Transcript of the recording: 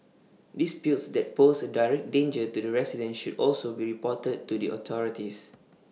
disputes that pose A direct danger to the residents should also be reported to the authorities